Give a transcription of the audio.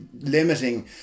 limiting